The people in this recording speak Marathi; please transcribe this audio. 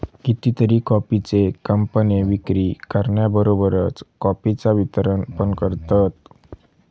कितीतरी कॉफीचे कंपने विक्री करण्याबरोबरच कॉफीचा वितरण पण करतत